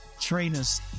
trainers